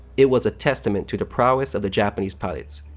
it was a testament to the prowess of the japanese pilots.